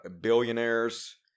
billionaires